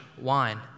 wine